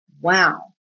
Wow